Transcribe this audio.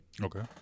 Okay